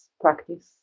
practice